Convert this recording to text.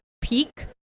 peak